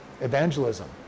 evangelism